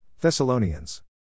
Thessalonians